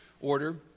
order